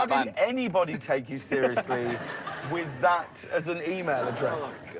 um anybody take you seriously with that as an email address.